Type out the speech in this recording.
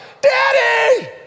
Daddy